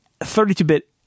32-bit